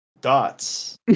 Dots